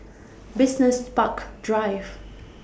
Business Park Drive